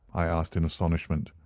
i asked in astonishment.